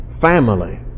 family